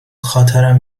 خاطرم